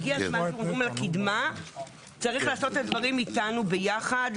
הגיע הזמן שבקידמה צריך לעשות את הדברים איתנו ביחד,